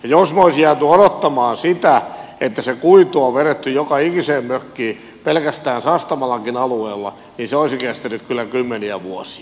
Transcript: jos me olisimme jääneet odottamaan sitä että se kuitu on vedetty joka ikiseen mökkiin pelkästään sastamalankin alueella niin se olisi kestänyt kyllä kymmeniä vuosia